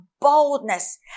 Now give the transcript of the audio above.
Boldness